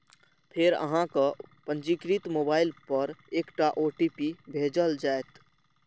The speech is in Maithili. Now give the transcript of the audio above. फेर अहांक पंजीकृत मोबाइल पर एकटा ओ.टी.पी भेजल जाएत